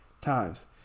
times